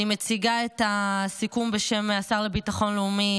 את הסיכום בשם השר לביטחון לאומי,